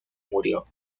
murió